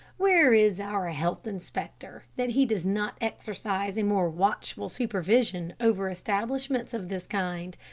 where is our health inspector, that he does not exercise a more watchful supervision over establishments of this kind?